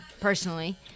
personally